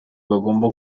bagomba